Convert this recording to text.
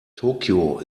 tokio